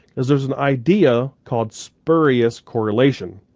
cause there's an idea called spurious correlation.